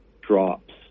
drops